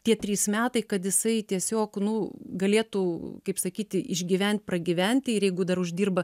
tie trys metai kad jisai tiesiog nu galėtų kaip sakyti išgyvent pragyventi ir jeigu dar uždirba